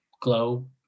glow